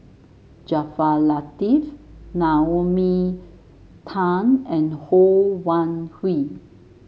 Jaafar Latiff Naomi Tan and Ho Wan Hui